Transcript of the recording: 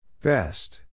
Best